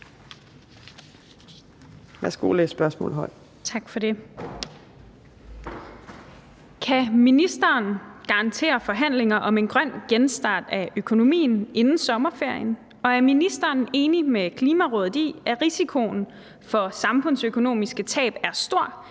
Kan ministeren garantere forhandlinger om en grøn genstart af økonomien inden sommerferien, og er ministeren enig med Klimarådet i, at risikoen for samfundsøkonomiske tab er stor,